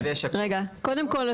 קודם כל,